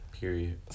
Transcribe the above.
Period